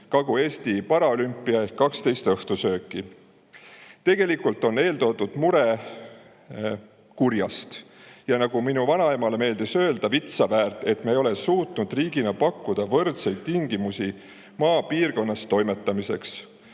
"Kagu-Eesti paraolümpia ehk 12 õhtusööki". Tegelikult on see [probleem] kurjast. Ja nagu minu vanaemale meeldis öelda, on vitsa väärt, et me ei ole suutnud riigina pakkuda võrdseid tingimusi maapiirkonnas toimetamiseks,